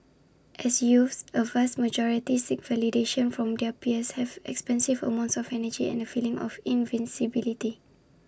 as youths A vast majority seek validation from their peers have expansive amounts of energy and A feeling of invincibility